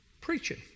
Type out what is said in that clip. preaching